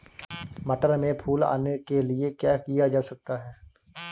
मटर में फूल आने के लिए क्या किया जा सकता है?